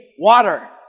Water